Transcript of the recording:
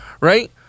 right